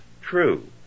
true